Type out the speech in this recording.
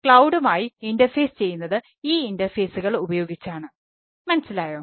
client ഉപയോഗിച്ചാണ് മനസ്സിലായോ